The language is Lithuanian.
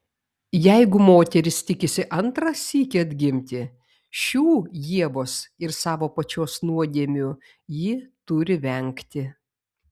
jeigu moteris tikisi antrą sykį atgimti šių ievos ir savo pačios nuodėmių ji turi vengti